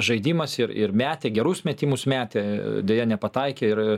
žaidimas ir ir metė gerus metimus metė deja nepataikė ir